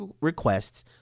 requests